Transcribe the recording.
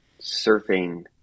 surfing